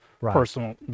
personal